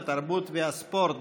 התרבות והספורט.